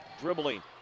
dribbling